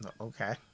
okay